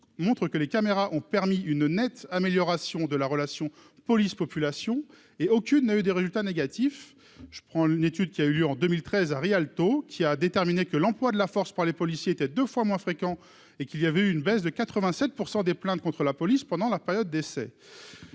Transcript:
montre que les caméras ont permis une nette amélioration de la relation police-population et aucune n'a eu des résultats négatifs, je prends une étude qui a eu lieu en 2013 à Rialto qui a déterminé que l'emploi de la force par les policiers étaient 2 fois moins fréquents et qu'il y avait eu une baisse de 87 % des plaintes contre la police pendant la période d'essai,